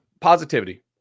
positivity